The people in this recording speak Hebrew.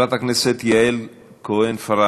חברת הכנסת יעל כהן-פארן,